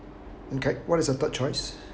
okay what is the third choice